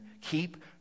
keep